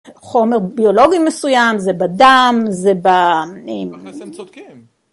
חומר ביולוגי מסוים, זה בדם, זה... תכל׳ס הם צודקים